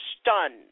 stunned